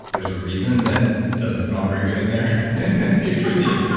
there's a reason that it doesn't smell very good in there. that's putrescine,